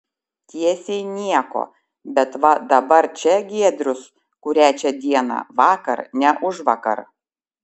tiesiai nieko bet va dabar čia giedrius kurią čia dieną vakar ne užvakar